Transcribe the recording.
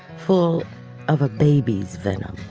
full of ah babies and